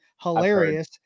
hilarious